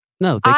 No